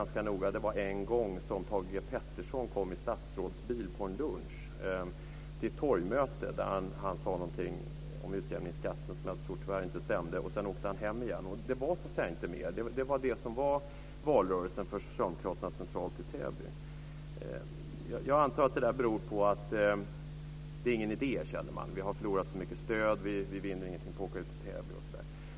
Det var Thage G. Peterson, som under en lunchrast kom i statsrådsbil till ett torgmöte. Han sade någonting om utjämningsskatten som jag tror tyvärr inte var riktigt, och sedan åkte han i väg. Mer var det inte. Det var de centrala socialdemokraternas deltagande i valrörelsen i Täby. Jag antar att det där beror på att det inte är någon idé att göra mer. Man har förlorat så mycket stöd, man vinner ingenting på att åka ut till Täby osv.